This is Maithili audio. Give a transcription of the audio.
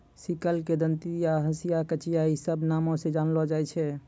सिकल के दंतिया, हंसिया, कचिया इ सभ नामो से जानलो जाय छै